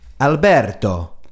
Alberto